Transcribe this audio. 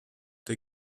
der